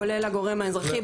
כולל הגורם האזרחי.